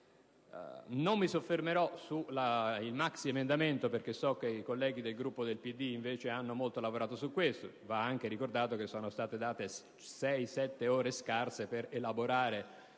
Non mi soffermerò sul maxiemendamento, perché so che i colleghi del Gruppo del PD vi hanno molto lavorato. Va anche ricordato che sono state date sei-sette ore scarse per elaborare